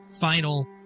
final